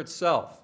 itself